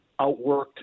outworked